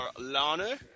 Lana